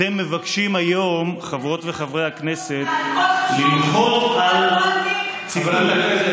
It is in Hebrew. אתם מבקשים היום, חברות וחברי הכנסת, חברת הכנסת